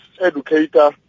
educator